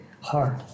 hard